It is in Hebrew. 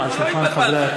לא התבלבלתי.